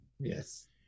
Yes